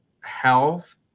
health